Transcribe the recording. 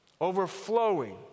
Overflowing